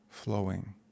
flowing